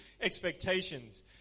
expectations